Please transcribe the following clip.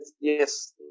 yes